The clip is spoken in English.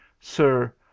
Sir